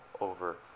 over